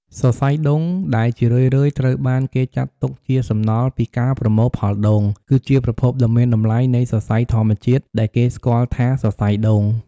សរសៃដូង ដែលជារឿយៗត្រូវបានគេចាត់ទុកជាសំណល់ពីការប្រមូលផលដូង គឺជាប្រភពដ៏មានតម្លៃនៃសរសៃធម្មជាតិដែលគេស្គាល់ថា សរសៃដូង។